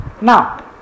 Now